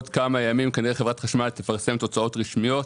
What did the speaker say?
ובעוד כמה ימים חברת החשמל תפרסם תוצאות רשמיות.